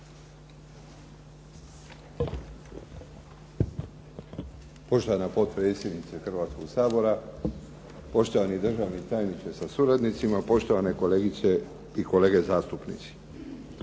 Poštovana potpredsjednice Hrvatskoga sabora, poštovani državni tajniče sa suradnicima, poštovane kolegice i kolege zastupnici.